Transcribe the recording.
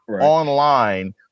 online